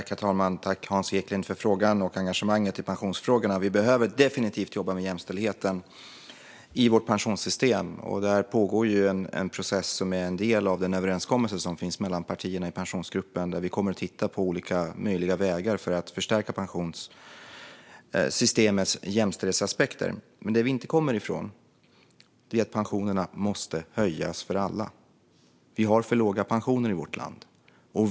Herr talman! Tack, Hans Eklind, för frågan och engagemanget i pensionsfrågorna. Vi behöver definitivt jobba med jämställdheten i vårt pensionssystem. Det pågår en process som är en del av överenskommelsen mellan partierna i Pensionsgruppen, där vi kommer att titta på olika möjliga vägar för att förstärka pensionssystemets jämställdhetsaspekter. Men det vi inte kommer ifrån är att pensionerna måste höjas för alla. Vi har för låga pensioner i vårt land.